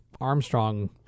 Armstrong